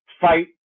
fight